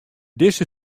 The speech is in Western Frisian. dizze